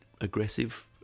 aggressive